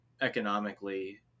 economically